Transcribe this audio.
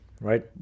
right